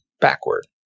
backward